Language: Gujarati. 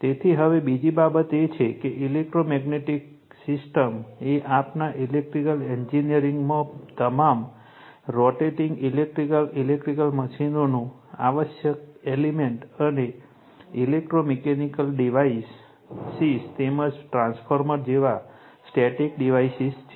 તેથી હવે બીજી બાબત એ છે કે ઇલેક્ટ્રોમેગ્નેટિક સિસ્ટમ એ આપણા ઇલેક્ટ્રીકલ એન્જિનિયરિંગમાં તમામ રોટેટિંગ ઇલેક્ટ્રિકલ ઇલેક્ટ્રિક મશીનોનું આવશ્યક એલીમેંટ અને ઇલેક્ટ્રો મિકેનિકલ ડિવાઇસીસ તેમજ ટ્રાન્સફોર્મર જેવા સ્ટેટિક ડિવાઇસીસ છે